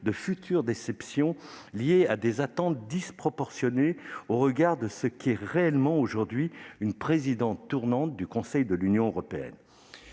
éventuelles déceptions liées à des attentes disproportionnées au regard de ce qu'est réellement, aujourd'hui, la présidence tournante du Conseil européen.